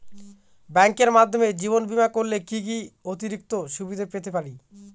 ব্যাংকের মাধ্যমে জীবন বীমা করলে কি কি অতিরিক্ত সুবিধে পেতে পারি?